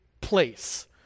place